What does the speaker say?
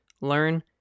learn